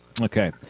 Okay